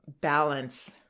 balance